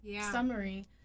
summary